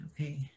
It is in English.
Okay